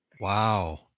Wow